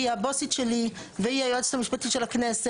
היא הבוסית שלי והיא היועצת המשפטית של הכנסת.